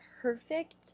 perfect